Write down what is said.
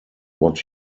what